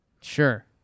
Sure